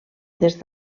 des